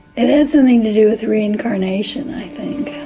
it had something to do with reincarnation i think.